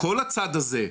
כל הצד הזה,